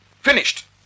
Finished